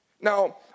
Now